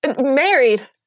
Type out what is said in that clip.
Married